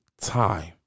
time